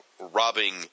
robbing